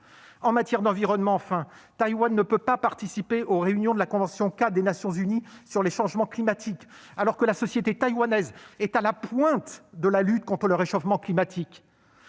En matière d'environnement, enfin, Taïwan ne peut pas participer aux réunions de la Convention-cadre des Nations unies sur les changements climatiques, et ce bien que la société taïwanaise soit à la pointe de la lutte contre le réchauffement climatique.